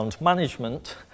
management